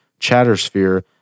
Chattersphere